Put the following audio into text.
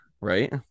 right